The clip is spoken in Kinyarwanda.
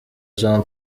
jean